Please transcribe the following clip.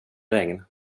regn